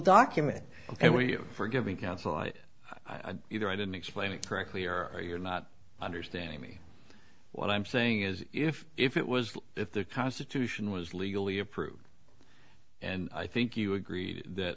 you for giving counsel i either i didn't explain it correctly or you're not understanding me what i'm saying is if if it was if the constitution was legally approved and i think you agree that